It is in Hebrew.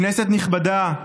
כנסת נכבדה,